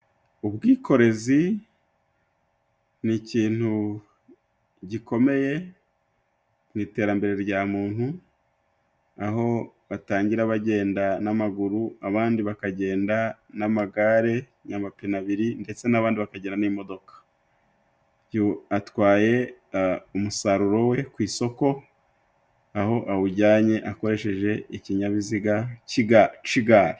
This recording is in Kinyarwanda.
Ubwikorezi ni ikintu gikomeye mu iterambere rya muntu aho batangira bagenda n'amaguru abandi bakagenda n'amagare namapine abiri ndetse n'abandi bakagenda n'imodoka uyu atwaye umusaruro we ku isoko aho awujyanye akoresheje ikinyabiziga kicigare.